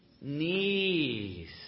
knees